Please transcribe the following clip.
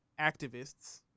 activists